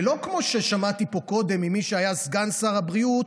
ולא כמו ששמעתי פה קודם ממי שהיה סגן שר הבריאות,